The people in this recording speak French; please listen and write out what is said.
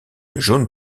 jaune